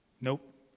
Nope